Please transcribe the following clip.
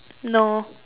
no